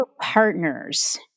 partners